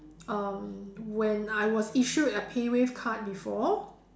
um when I was issued a PayWave card before